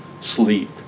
sleep